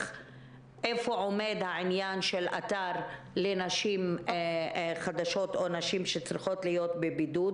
איפה עומד העניין של אתר לנשים חדשות או נשים שצריכות להיות בבידוד?